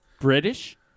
British